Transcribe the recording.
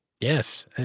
Yes